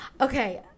Okay